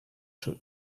should